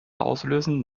auslösen